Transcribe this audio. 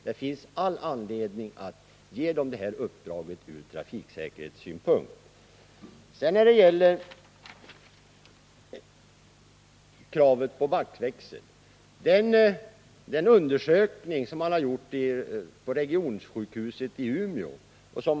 Beträffande återinförandet av kravet på att backväxel på snöskoter skall finnas hänvisar utskottet till den undersökning som gjorts vid regionsjukhuset i Umeå.